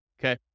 Okay